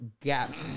gap